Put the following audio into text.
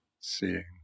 seeing